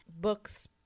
books